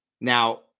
Now